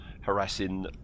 harassing